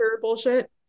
bullshit